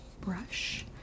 brush